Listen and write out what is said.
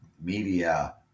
media